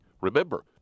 Remember